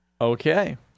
Okay